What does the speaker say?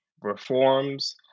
reforms